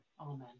Amen